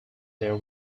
there